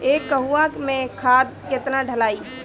एक कहवा मे खाद केतना ढालाई?